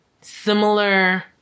similar